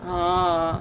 oh